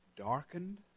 darkened